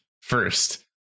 first